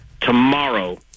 Tomorrow